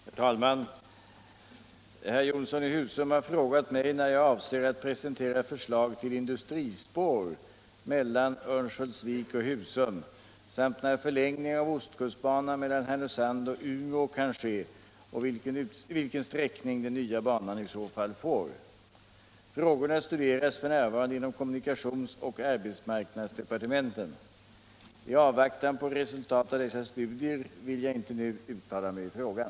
Herr talman! Herr Jonsson i Husum har frågat mig när jag avser att presentera förslag till industrispår mellan Örnsköldsvik och Husum, när förlängning av ostkustbanan mellan Härnösand och Umeå kan ske och vilken sträckning den nya banan i så fall får. Frågorna studeras f.n. inom kommunikationsoch arbetsmarknadsdepartementen. I avvaktan på resultatet av dessa studier vill jag inte nu uttala mig i frågan.